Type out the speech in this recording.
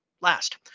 last